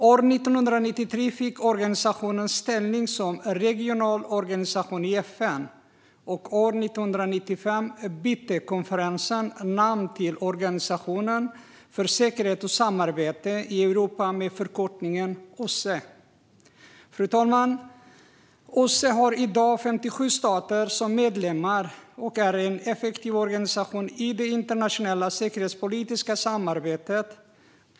År 1993 fick organisationen ställning som regional organisation i FN, och år 1995 bytte konferensen namn till Organisationen för säkerhet och samarbete i Europa, med förkortningen OSSE. Fru talman! OSSE har i dag 57 stater som medlemmar och är en effektiv organisation i det internationella säkerhetspolitiska samarbetet.